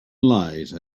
light